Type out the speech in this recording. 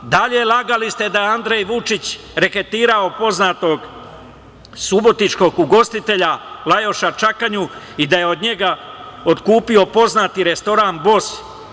Dalje, lagali ste da je Andrej Vučić reketirao poznato subotičkog ugostitelja Lajoša Čakanju i da je od njega otkupio poznati restoran „Bos“